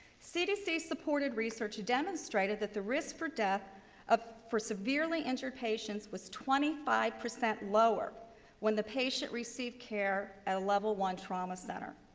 cdc supported research demonstrated that the risk for death ah for severely injured patients was twenty five percent lower when the patient received care at a level one trauma center.